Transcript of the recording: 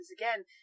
again